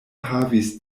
havis